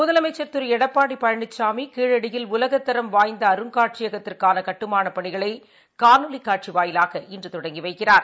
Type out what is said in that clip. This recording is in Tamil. முதலமைச்சர் திருளடப்பாடிபழனிசாமிகீழடியில் உலகத்தரம் வாய்ந்தஅருங்காட்சியகத்துக்கானகட்டுமானப் பணிகளைகாணொலிகாட்சிவாயிலாக இன்றதொடங்கிவைக்கிறார்